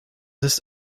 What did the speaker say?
ist